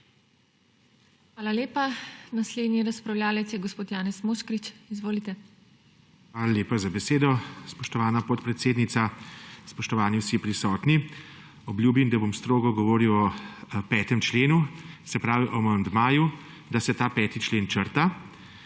Hvala lepa. Naslednji razpravljavec je gospod Janez Moškrič. Izvolite. **JANEZ MOŠKRIČ (PS SDS):** Hvala lepa za besedo, spoštovana podpredsednica. Spoštovani vsi prisotni! Obljubim, da bom strogo govoril o 5. členu; se pravi, o amandmaju, da se ta 5. člen črta.